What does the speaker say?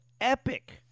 epic